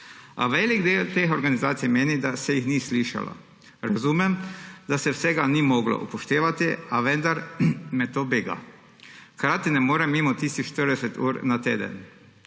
A velik del teh organizacij meni, da se jih ni slišalo. Razumem, da se vsega ni moglo upoštevati, a vendar me to bega. Hkrati ne morem mimo tistih 40 ur na teden.